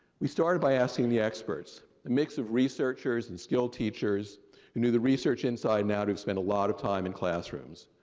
we started by asking the experts. it makes researchers and skilled teachers knew the research insight. and now, they've spent a lot of time in classrooms.